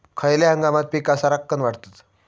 खयल्या हंगामात पीका सरक्कान वाढतत?